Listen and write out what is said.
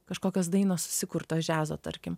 kažkokios dainos susikurtos džiazo tarkim